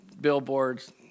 billboards